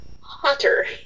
hotter